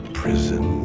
prison